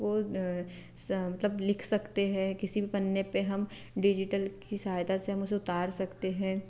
वो ना मतलब लिख सकते हैं किसी भी पन्ने पर हम डिजिटल की सहायता से हम उसे उतार सकते हैं